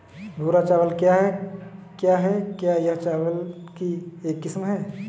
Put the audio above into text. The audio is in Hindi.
भूरा चावल क्या है? क्या यह चावल की एक किस्म है?